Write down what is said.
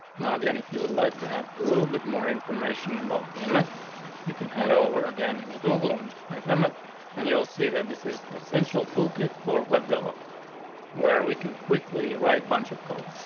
now again, if you would like to have a little bit more information about the limit you can head over again in the google and just my payment and you'll see that this is essential toolkit for web developers where we can quickly, right, bunch of cold.